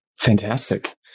Fantastic